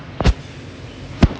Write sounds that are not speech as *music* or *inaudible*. *noise*